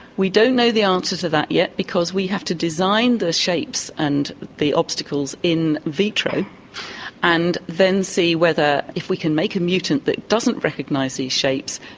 we don't know the answer to that yet because we have to design the shapes and the obstacles in vitro and then see whether, if we can make a mutant that doesn't recognise these shapes,